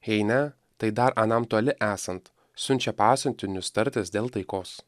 jei ne tai dar anam toli esant siunčia pasiuntinius tartis dėl taikos